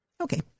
Okay